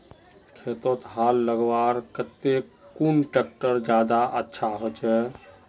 खेतोत हाल लगवार केते कुन ट्रैक्टर ज्यादा अच्छा होचए?